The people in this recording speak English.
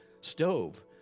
stove